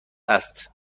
است